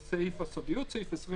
" חזי לוי יוצא שופט אחרי האירוע הזה.